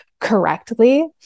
correctly